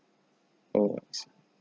alright